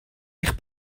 eich